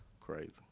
crazy